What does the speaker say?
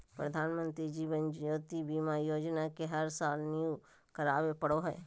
प्रधानमंत्री जीवन ज्योति बीमा योजना के हर साल रिन्यू करावे पड़ो हइ